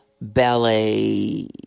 ballet